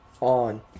on